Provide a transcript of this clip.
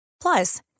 Plus